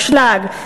אשלג,